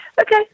Okay